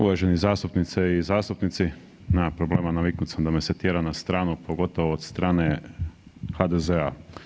Uvaženi zastupnice i zastupnici, nema problema, naviknut sam da me se tjera na stranu pogotovo od strane HDZ-a.